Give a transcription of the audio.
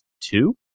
two